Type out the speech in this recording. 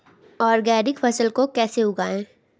Organic फसल को कैसे उगाएँ?